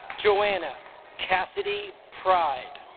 joanna cassidy pride